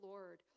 Lord